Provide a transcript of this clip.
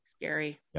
Scary